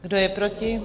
Kdo je proti?